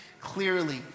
clearly